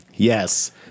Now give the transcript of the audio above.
Yes